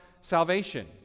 salvation